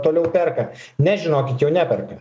toliau perka ne žinokit jau neperka